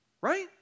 right